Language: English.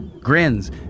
grins